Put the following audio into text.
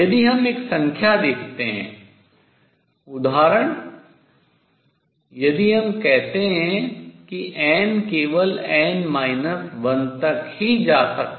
यदि हम एक संख्या देखते हैं उदाहरण यदि हम कहते हैं कि n केवल n 1 एक ही जा सकता है